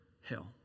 hell